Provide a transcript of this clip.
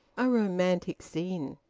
a romantic scene!